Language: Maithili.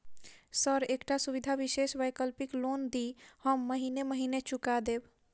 सर एकटा सुविधा विशेष वैकल्पिक लोन दिऽ हम महीने महीने चुका देब?